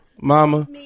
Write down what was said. mama